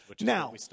Now